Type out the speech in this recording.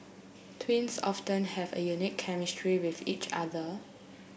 twins often have a unique chemistry with each other